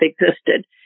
existed